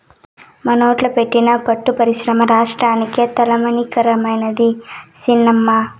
మనోట్ల పెట్టిన పట్టు పరిశ్రమ రాష్ట్రానికే తలమానికమైనాది సినమ్మా